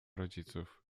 rodziców